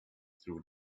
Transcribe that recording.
through